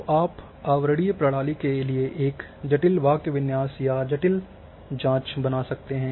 तो आप आवरणीय प्रणाली के लिए एक जटिल वाक्य विन्यास या जटिल जांच बना सकते हैं